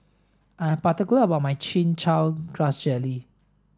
I'm particular about my chin chow grass jelly